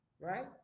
right